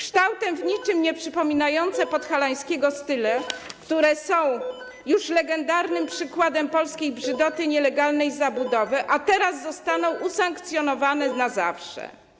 kształtem w niczym nieprzypominające podhalańskiego stylu, które są już legendarnym przykładem polskiej brzydoty, nielegalnej zabudowy, teraz zostaną usankcjonowane na zawsze.